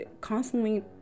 constantly